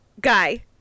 guy